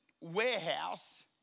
warehouse